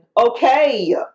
okay